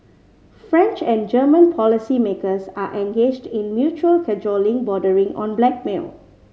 French and German policymakers are engaged in mutual cajoling bordering on blackmail